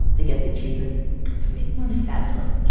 they get achievement dopamine it's fabulous.